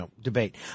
debate